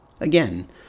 Again